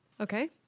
Okay